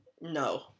no